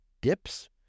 dips